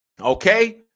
Okay